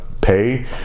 pay